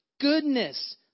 Goodness